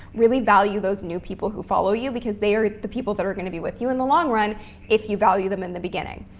really value those new people who follow you because they are the people that are going to be with you in the long run if you value them in the beginning.